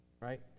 Right